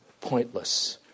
pointless